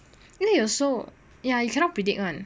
因为有时候 ya you cannot predict [one]